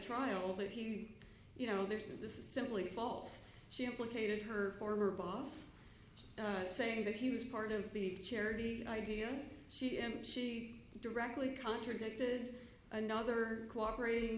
trial that he you know there's a this is simply false she implicated her former boss saying that he was part of the charity idea she and she directly contradicted another cooperat